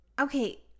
Okay